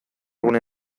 gune